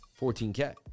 14K